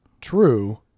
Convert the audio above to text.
True